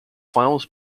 finals